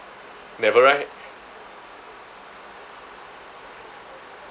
never right